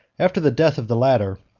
after the death of the latter,